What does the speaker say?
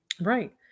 Right